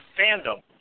fandom